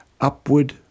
upward